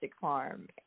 Farm